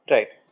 Right